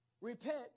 Repent